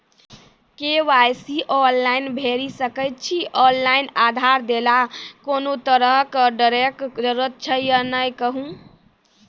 KYC online भैरि सकैत छी, ऑनलाइन आधार देलासॅ कुनू तरहक डरैक जरूरत छै या नै कहू?